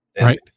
Right